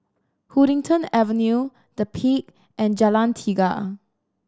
Huddington Avenue The Peak and Jalan Tiga